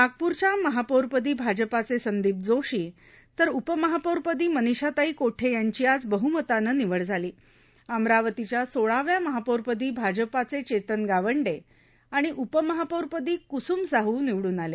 नागपूरच्या महापौरपद भाजपाचे संदप्ति जोशा तर उपमहापौरपद मानिषाताई कोठे यांच आज बहुमतानं निवड झाल अमरावतीच्या सोळाव्या महापौरपद भाजपाचे चेतन गावंडे आणि उपमहापौरपद क्रिसम साहू निवडून आले